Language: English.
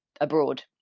abroad